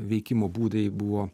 veikimo būdai buvo